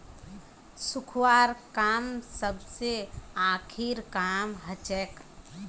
सुखव्वार काम सबस आखरी काम हछेक